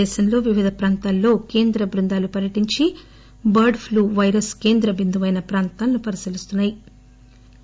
దేశంలో వివిధ ప్రాంతాల్లో కేంద్ర బృందాలు పర్యటించి వైరస్ కేంద్రచిందుపైన ప్రాంతాలను పరిశీలిస్తున్నా యి